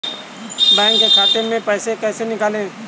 Bank खाते से पैसे को कैसे निकालें?